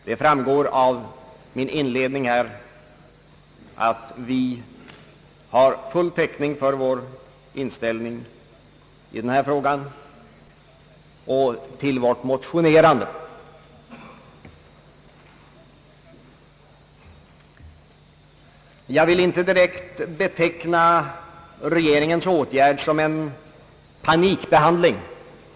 Det framgår av min inledning här att vi har full täckning för vår inställning i denna fråga och för vårt motionerande. Jag vill inte direkt beteckna regeringens åtgärd som en panikhandling.